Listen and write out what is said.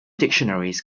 dictionaries